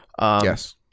Yes